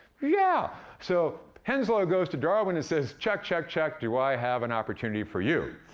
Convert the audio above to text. yeah, so henslow goes to darwin and says, chuck, chuck, chuck, do i have an opportunity for you.